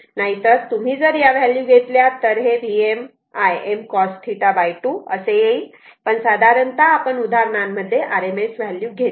नाहीतर तुम्ही जर या व्हॅल्यू घेतल्या तर हे Vm Im cos θ 2 असे येईल पण साधारणतः आपण उदाहरणांमध्ये RMS व्हॅल्यू घेतो